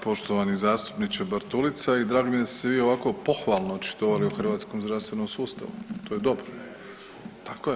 Poštovani zastupniče Bartulica i drago mi je da ste se vi ovako pohvalno očitovali o hrvatskom zdravstvenom sustavu, to je dobro, tako je.